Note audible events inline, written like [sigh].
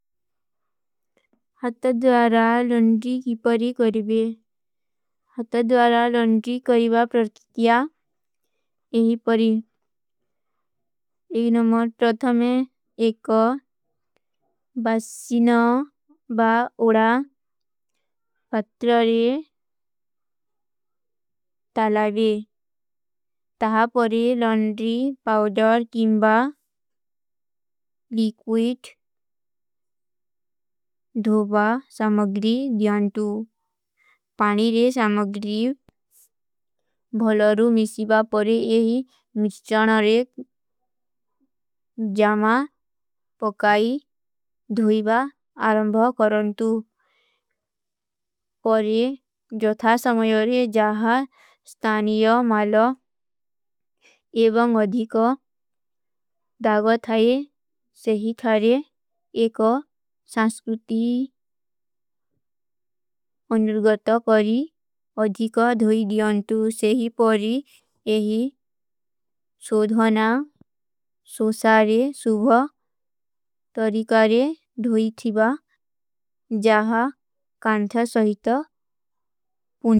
ହତ୍ତା ଦ୍ଵାରା ଲଂଡ୍ରୀ କୀ ପରୀ କରିବେ। ହତ୍ତା ଦ୍ଵାରା ଲଂଡ୍ରୀ କରୀବା ପ୍ରତିତ୍ଯା ଏହୀ ପରୀ। ଏଗ ନମଃ ତ୍ରଥମେ ଏକ [hesitation] ବସିନ ବା ଉଡା ପତ୍ର ରେ [hesitation] ତଲାଵେ। ତହାଂ ପରେ ଲଂଡ୍ରୀ ପାଉଡର କୀଂବା ଲିକ୍ଵିଟ [hesitation] ଧୋବା ସମଗ୍ରୀ ଦିଯାଂତୁ। ପାନୀ ରେ ସମଗ୍ରୀ ଭଲାରୂ ମିଶୀବା ପରେ ଏହୀ ମିଶ୍ଚନ ରେ [hesitation] ଜାମା ପକାଈ ଧୋଈବା ଆରଂଭା କରଂତୁ। ପରେ ଜଥା ସମଯରେ ଜହା ସ୍ଥାନିଯ [hesitation] ମାଲା ଏବଂଗ ଅଧିକା ଦାଗଧାଈ ସେହୀ ଥାରେ ଏକ ସଂସ୍କୁତି ଅନୁରଗତ କରୀ ଅଧିକା ଧୋଈବ ଦିଯାଂତୁ ସେହୀ ପରେ ଏହୀ ସୋଧନା ସୋସାରେ ସୁଭା ତରିକାରେ ଧୋଈବା ଜହା କାନ୍ଥା ସୋହିତା ପୁଣ୍ଟା ସୋହିତା ତରିକାରେ ଧୋଈବ ଦିଯାଂତୁ ସୋସାରେ ସୁଭା ତରିକାରେ ଧୋଈବ ଦିଯାଂତୁ ସୋସାରେ ସୁଭା ତରିକାରେ ଧୋଈବ ଦିଯାଂତୁ ସୋସାରେ ସୁଭା ତରିକାରେ ଧୋଈବ ଦିଯାଂତୁ ସୋସାରେ ସୁଭା ତରିକାରେ ଧୋଈବ ଦିଯାଂତୁ ସୋସାରେ ସୁଭା ତର।